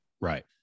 Right